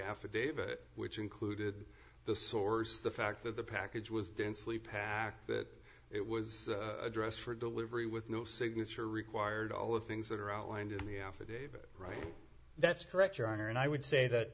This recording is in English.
affidavit which included the source the fact that the package was densely packed that it was addressed for delivery with no signature required all the things that are outlined in the affidavit right that's correct your honor and i would say that